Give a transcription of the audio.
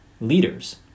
leaders